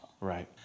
Right